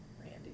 Randy